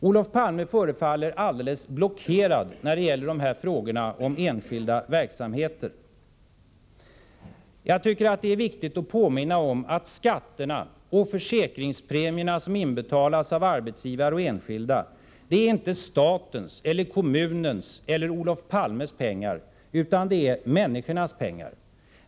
Olof Palme förefaller helt blockerad när det gäller frågorna om enskilda verksamheter. Jag tycker att det är viktigt att påminna om att skatterna och försäkringspremierna, som inbetalas av arbetsgivare och enskilda, inte är statens eller kommunens eller Olof Palmes pengar utan människornas pengar.